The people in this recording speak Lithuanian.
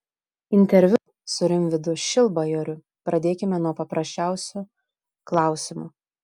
interviu su rimvydu šilbajoriu pradėkime nuo paprasčiausių klausimų